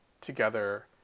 together